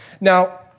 Now